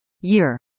year